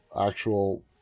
actual